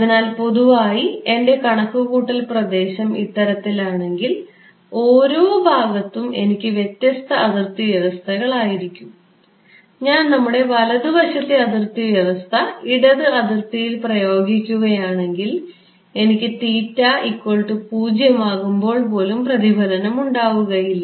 അതിനാൽ പൊതുവായി എൻറെ കണക്കുകൂട്ടൽ പ്രദേശം ഇത്തരത്തിൽ ആണെങ്കിൽ ഓരോ ഭാഗത്തും എനിക്ക് വ്യത്യസ്ത അതിർത്തി വ്യവസ്ഥകൾ ആയിരിക്കും ഞാൻ ഞാൻ നമ്മുടെ വലതുവശത്തെ അതിർത്തി വ്യവസ്ഥ ഇടതു അതിർത്തിയിൽ ഉപയോഗിക്കുകയാണെങ്കിൽ എനിക്ക് 0 ആകുമ്പോൾ പോലും പ്രതിഫലനം ഉണ്ടാവുകയില്ല